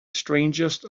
strangest